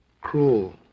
cruel